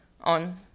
on